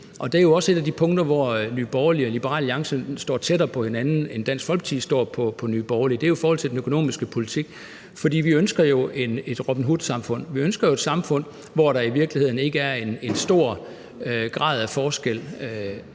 det er jo også et af de punkter, hvor Nye Borgerlige og Liberal Alliance er tættere på hinanden, end Dansk Folkeparti og Nye Borgerlige er, altså i forhold til den økonomiske politik. For vi ønsker jo et Robin Hood-samfund; vi ønsker et samfund, hvor der i virkeligheden ikke er en alt for stor grad af forskel